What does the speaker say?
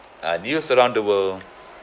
uh news around the world